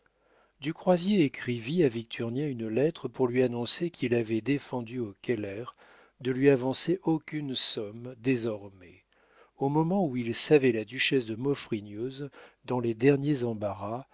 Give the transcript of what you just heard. du croisier écrivit à victurnien une lettre pour lui annoncer qu'il avait défendu aux keller de lui avancer aucune somme désormais au moment où il savait la duchesse de maufrigneuse dans les derniers embarras